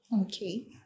okay